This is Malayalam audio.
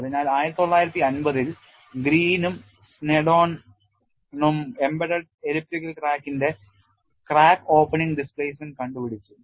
അതിനാൽ 1950 ൽ ഗ്രീനും സ്നെഡണും embedded elliptical crack ന്റെ crack opening displacement കണ്ടു പിടിച്ചു